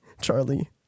Charlie